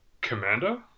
commander